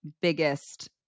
biggest